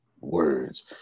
words